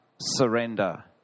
surrender